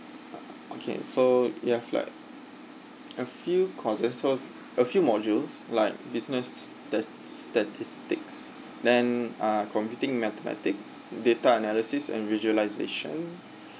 okay so we have like a few courses so a few modules like business statistics then uh computing mathematics data analysis and visualisation